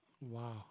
Wow